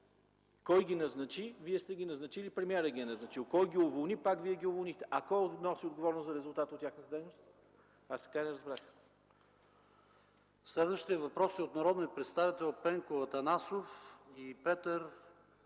Кой ги назначи? Вие сте ги назначили, премиерът ги е назначил. Кой ги уволни? Пак Вие ги уволнихте. А кой носи отговорност за резултата от тяхната дейност? Аз така и не разбрах. ПРЕДСЕДАТЕЛ ПАВЕЛ ШОПОВ: Следващият въпрос е от народните представители Пенко Атанасов и Петър